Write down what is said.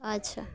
ᱟᱪᱪᱷᱟ